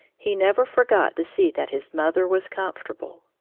he never forgot to see that his mother was comfortable.